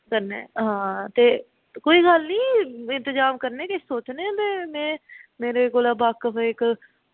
कन्नै हां ते कोई गल्ल निं इंतजाम करने किश सोचने आं ते में मेरे कोला बाकफ इक